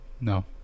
no